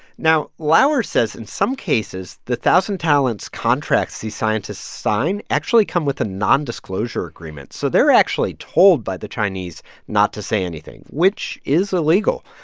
now, lauer says in some cases, the thousand talents contracts these scientists sign actually come with a nondisclosure agreement. so they're actually told by the chinese not to say anything, which is illegal.